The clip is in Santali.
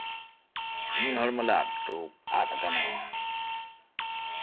ᱢᱤᱫᱦᱚᱲ ᱢᱟᱞᱮ ᱟᱫ ᱦᱚᱴᱚ ᱢᱤᱫ ᱦᱚᱲ ᱢᱟᱱᱮ ᱟᱫ ᱠᱟᱱᱟᱭ